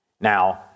Now